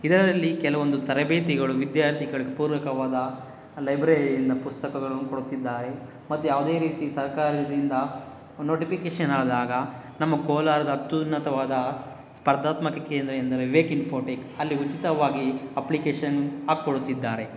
ಇದರಲ್ಲಿ ಕೆಲವೊಂದು ತರಬೇತಿಗಳು ವಿದ್ಯಾರ್ಥಿಗಳಿಗೆ ಪೂರಕವಾದ ಲೈಬ್ರರಿಯಿಂದ ಪುಸ್ತಕಗಳನ್ನು ಕೊಡುತ್ತಿದ್ದಾರೆ ಮತ್ತು ಯಾವುದೇ ರೀತಿ ಸರ್ಕಾರದಿಂದ ನೋಟಿಪಿಕೇಶನ್ ಆದಾಗ ನಮ್ಮ ಕೋಲಾರದ ಅತ್ಯುನ್ನತವಾದ ಸ್ಪರ್ಧಾತ್ಮಕ ಕೇಂದ್ರ ಎಂದರೆ ವಿವೇಕ್ ಇನ್ಫೋಟೆಕ್ ಅಲ್ಲಿ ಉಚಿತವಾಗಿ ಅಪ್ಲಿಕೇಶನ್ ಹಾಕಿಕೊಡುತ್ತಿದ್ದಾರೆ